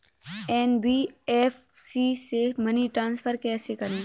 NBFC से money transfer कैसे करें?